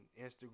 Instagram